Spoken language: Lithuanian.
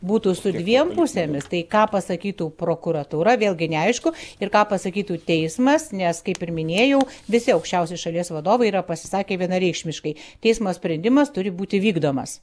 būtų su dviem pusėmis tai ką pasakytų prokuratūra vėlgi neaišku ir ką pasakytų teismas nes kaip ir minėjau visi aukščiausi šalies vadovai yra pasisakę vienareikšmiškai teismo sprendimas turi būti vykdomas